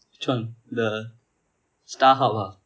which one the Starhub[ah]